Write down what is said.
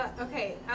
Okay